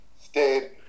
stayed